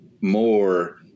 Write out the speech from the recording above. more